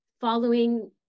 following